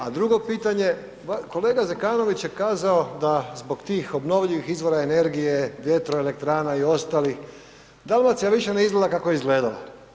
A drugo pitanje, kolega Zekanović je kazao da zbog tih obnovljivih izvora energije vjetroelektrana i ostalih Dalmacija više ne izgleda kako je izgledala.